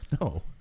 No